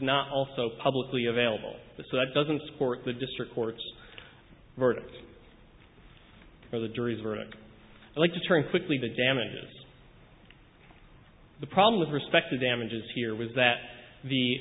not also publicly available so that doesn't support the district court verdict or the jury's verdict like to turn quickly the damages the problem with respect to damages here was that the